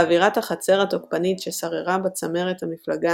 באווירת החצר התוקפנית ששררה בצמרת המפלגה